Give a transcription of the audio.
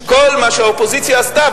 כל מה שהאופוזיציה עשתה,